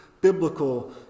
biblical